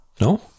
No